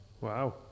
wow